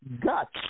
guts